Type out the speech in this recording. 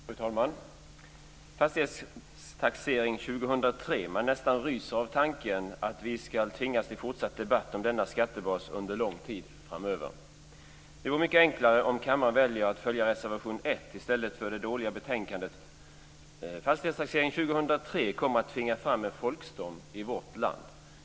Fru talman! Fastighetstaxering 2003! Man nästan ryser av tanken att vi ska tvingas till fortsatt debatt om denna skattebas under lång tid framöver. Det vore mycket enklare om kammaren väljer att följa reservation 1 i stället för det dåliga betänkandet. Fastighetstaxeringen 2003 kommer att tvinga fram en folkstorm i vårt land.